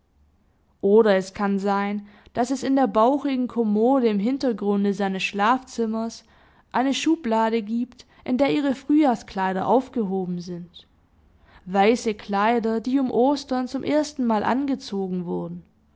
oder es kann sein daß es in der bauchigen kommode im hintergrunde seines schlafzimmers eine schublade giebt in der ihre frühjahrskleider aufgehoben sind weiße kleider die um ostern zum erstenmal angezogen wurden